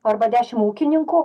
arba dešimt ūkininkų